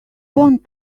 want